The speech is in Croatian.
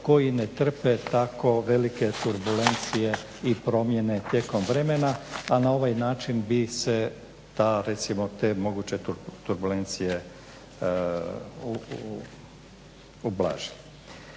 koji ne trpe tako velike turbulencije i promjene tijekom vremena a na ovaj način bi se ta recimo te moguće turbulencije ublažiti.